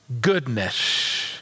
goodness